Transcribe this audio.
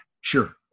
Sure